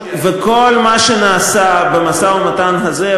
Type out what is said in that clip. בכל מה שנעשה במשא-ומתן הזה,